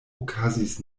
okazis